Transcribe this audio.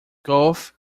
golf